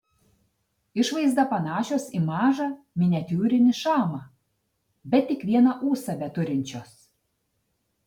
išvaizda panašios į mažą miniatiūrinį šamą bet tik vieną ūsą beturinčios